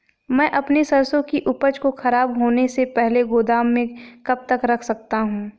मैं अपनी सरसों की उपज को खराब होने से पहले गोदाम में कब तक रख सकता हूँ?